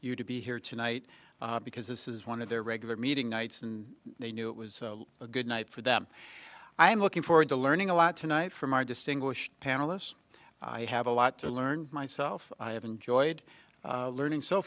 you to be here tonight because this is one of their regular meeting nights and they knew it was a good night for them i am looking forward to learning a lot tonight from our distinguished panelists i have a lot to learn myself i have enjoyed learning so